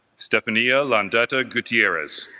stephanie ilan data gutierrez,